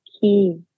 key